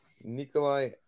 Nikolai